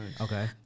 Okay